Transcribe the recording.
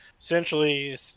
essentially